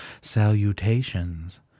salutations